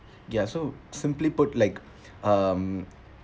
ya so simply put like um